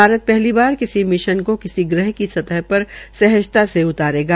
भारत पहली बार किसी मिशन को किसी ग्रह की स्तह पर सहजता ही उतारेगा